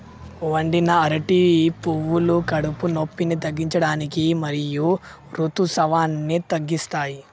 వండిన అరటి పువ్వులు కడుపు నొప్పిని తగ్గించడానికి మరియు ఋతుసావాన్ని తగ్గిస్తాయి